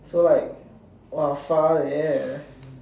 so like !wah! far leh